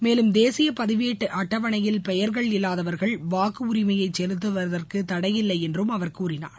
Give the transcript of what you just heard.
மேலும் தேசிய பதிவேட்டு அட்டவணையில் பெயர்கள் இல்லாதவர்கள் வாக்கு உரிமையை செலுத்துவதற்கு தடையில்லை என்றும் அவர் கூறினார்